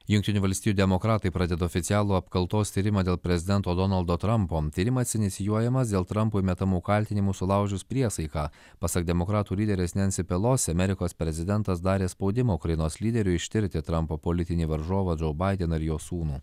jungtinių valstijų demokratai pradeda oficialų apkaltos tyrimą dėl prezidento donaldo trampo tyrimas inicijuojamas dėl trampui metamų kaltinimų sulaužius priesaiką pasak demokratų lyderės nensi pelosi amerikos prezidentas darė spaudimą ukrainos lyderiui ištirti trampo politinį varžovą džo baideną ir jo sūnų